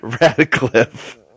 Radcliffe